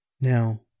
Now